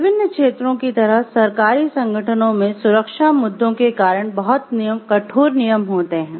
विभिन्न क्षेत्रों की तरह सरकारी संगठनों में सुरक्षा मुद्दों के कारण बहुत कठोर नियम होते हैं